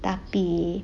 tapi